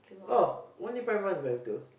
oh only primary one and primary two